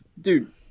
Dude